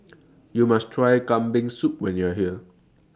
YOU must Try Kambing Soup when YOU Are here